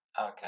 Okay